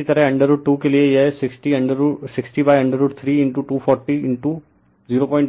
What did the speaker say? refer slide time 2620 इसी तरह √2 के लिए यह 60√3 240